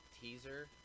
teaser